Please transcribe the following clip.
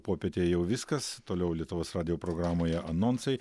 popietėj jau viskas toliau lietuvos radijo programoje anonsai